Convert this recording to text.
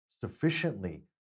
sufficiently